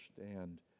understand